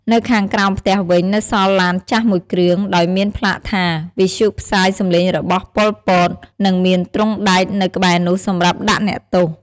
នៅខាងក្រោមផ្ទះវិញ នៅសល់ឡានចាស់មួយគ្រឿង ដោយមានផ្លាកថា វិទ្យុផ្សាយសំលេងរបស់ ប៉ុល ពត និងមានទ្រុងដែកនៅក្បែរនោះសម្រាប់ដាក់អ្នកទោស។